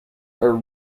are